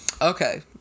Okay